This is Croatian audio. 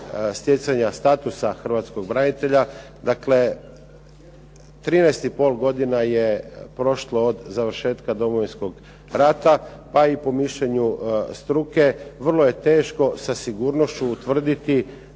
stjecanja statusa Hrvatskog branitelja. Dakle, 13,5 godina je prošlo od završetka Domovinskog rata, pa i po mišljenju struke vrlo je teško sa sigurnošću utvrditi